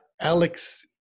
Alex